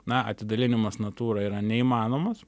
na atidalinimas natūra yra neįmanomas